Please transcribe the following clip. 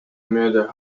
mööda